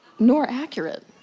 nor accurate.